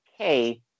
okay